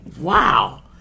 wow